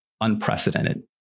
unprecedented